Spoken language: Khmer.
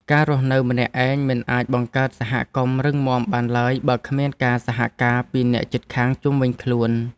ការរស់នៅម្នាក់ឯងមិនអាចបង្កើតសហគមន៍រឹងមាំបានឡើយបើគ្មានការសហការពីអ្នកជិតខាងជុំវិញខ្លួន។